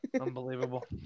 Unbelievable